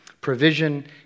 provision